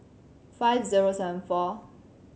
five zero seven four